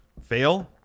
fail